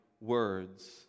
words